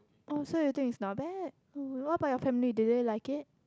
oh so you think it's not bad oh what about your family do they like it